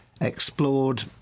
explored